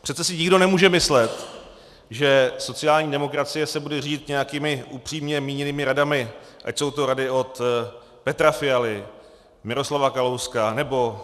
Přece si nikdo nemůže myslet, že sociální demokracie se bude řídit nějakými upřímně míněnými radami, ať jsou to rady od Petra Fialy, Miroslava Kalouska nebo Tomia Okamury.